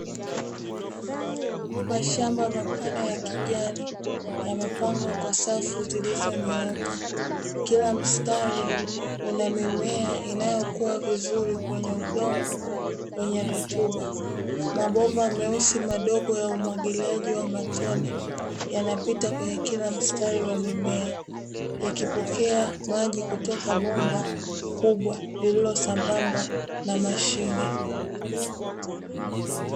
Mashamba mapana ya kijani yamepangwa kwa safu zilizonyooka, kila mstari una mimea inayokua vizuri kwenye udongo wenye rutuba. Mabomba meusi madogo ya umwagiliaji wa matone yanapita kwenye kila mstari wa mimea, yakipokea maji kutoka kwenye bomba kubwa lililosambamba na mashine.